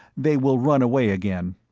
they will run away again.